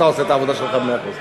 אתה עושה את העבודה שלך מאה אחוז.